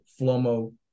Flomo